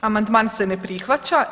Amandman se ne prihvaća.